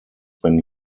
when